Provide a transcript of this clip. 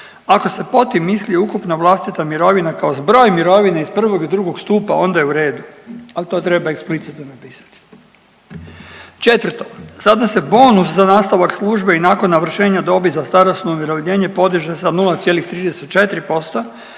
Ako se pod tim misli ukupna vlastita mirovina kao zbroj mirovine iz prvog i drugog stupa onda je u redu, al to treba eksplicitno napisati. Četvrto, sada se bonus za nastavak službe i nakon navršenja dobi za starosno umirovljenje podiže sa 0,34%